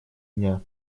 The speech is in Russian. дня